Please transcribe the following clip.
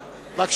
ביניים.